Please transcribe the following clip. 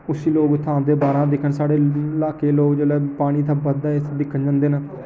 उसी लोक उ'त्थां आंदे बाहरा दिक्खन साढ़े लाके लोग जौल्ले पानी इ'त्थें बधदा ऐ उसी दिक्खन जन्दे न